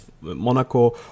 Monaco